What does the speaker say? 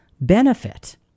benefit